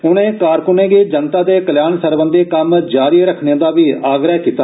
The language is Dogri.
उनें कारकूनें गी जनता दे कल्याण सरबंधी कम्म जारी रक्खने दा बी आग्रह कीता